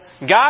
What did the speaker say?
God